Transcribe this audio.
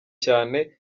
cyane